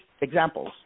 examples